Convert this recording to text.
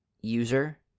user